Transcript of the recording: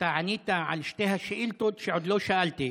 שאתה ענית על שתי השאילתות שעוד לא שאלתי.